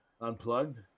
Unplugged